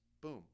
Boom